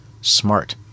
Smart